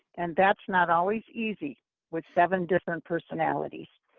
and that's not always easy with seven different personalities.